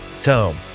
Tome